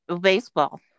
Baseball